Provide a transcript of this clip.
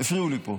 הפריעו לי פה.